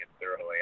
thoroughly